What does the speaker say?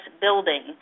building